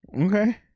okay